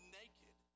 naked